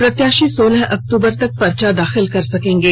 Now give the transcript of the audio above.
प्रत्याशी सोलह अक्टूबर तक पर्चा दाखिल कर सकेंगे